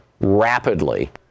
rapidly